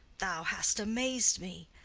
thou hast amaz'd me.